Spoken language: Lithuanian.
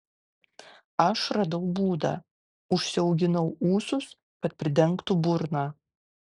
aš radau būdą užsiauginau ūsus kad pridengtų burną